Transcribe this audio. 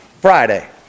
Friday